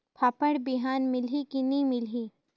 फाफण बिहान मिलही की नी मिलही?